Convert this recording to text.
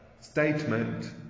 statement